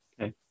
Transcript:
Okay